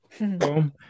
Boom